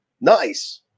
Nice